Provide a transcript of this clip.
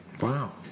Wow